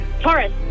Taurus